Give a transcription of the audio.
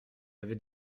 avait